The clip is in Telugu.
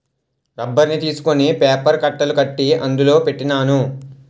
రబ్బర్ని తీసుకొని పేపర్ కట్టలు కట్టి అందులో పెట్టినాను